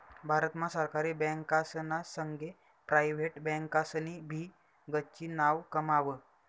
भारत मा सरकारी बँकासना संगे प्रायव्हेट बँकासनी भी गच्ची नाव कमाव